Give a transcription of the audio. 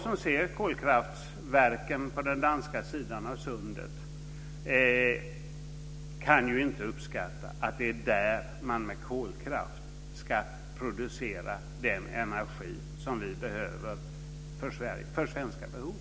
Jag ser kolkraftverken på den danska sidan av sundet, och jag kan inte uppskatta att man där med hjälp av kolkraft ska producera den energi som vi behöver för svenska behov.